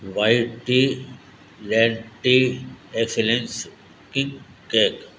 white tea red tea excellence king cake